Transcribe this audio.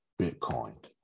bitcoin